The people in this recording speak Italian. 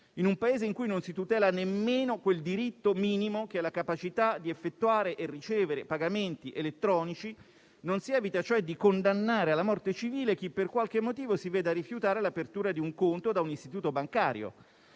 Un Paese in cui non si tutela nemmeno quel diritto minimo che è la capacità di effettuare e ricevere pagamenti elettronici e non si evita di condannare alla morte civile chi, per qualche motivo, si vede rifiutare l'apertura di un conto da un istituto bancario,